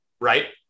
right